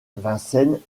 vincennes